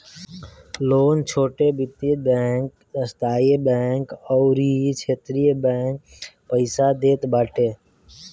loan छोट वित्तीय bank, स्थानीय बैंक अउरी क्षेत्रीय बैंक पईसा देत बाटे